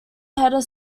header